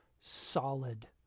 solid